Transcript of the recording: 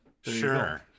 sure